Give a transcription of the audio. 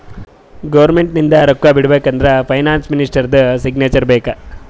government ಲಿಂತ ರೊಕ್ಕಾ ಬಿಡ್ಬೇಕ ಅಂದುರ್ ಫೈನಾನ್ಸ್ ಮಿನಿಸ್ಟರ್ದು ಸಿಗ್ನೇಚರ್ ಬೇಕ್